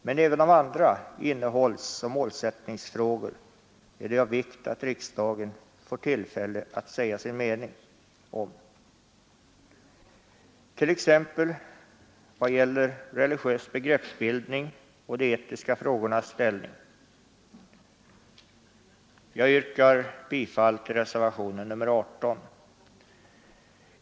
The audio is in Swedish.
Men även om andra innehållsoch målsättningsfrågor är det av vikt att riksdagen får tillfälle att säga sin mening t.ex. vad gäller religiös begreppsbildning och de etiska frågornas ställning. Jag yrkar bifall till reservationen 18.